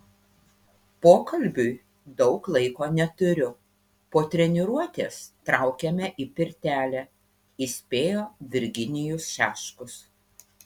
pokalbiui daug laiko neturiu po treniruotės traukiame į pirtelę įspėjo virginijus šeškus